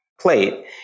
plate